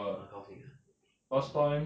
蛮高兴 ah mm